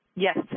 Yes